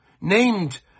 named